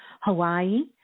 Hawaii